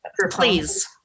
Please